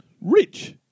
Rich